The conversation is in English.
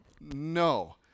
no